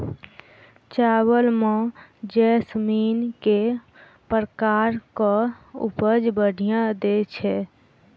चावल म जैसमिन केँ प्रकार कऽ उपज बढ़िया दैय छै?